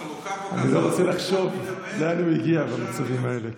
אני לא רוצה לחשוב לאן הוא הגיע במצבים האלה.